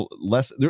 less